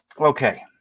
Okay